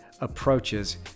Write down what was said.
approaches